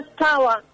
power